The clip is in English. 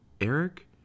Eric